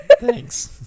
Thanks